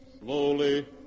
Slowly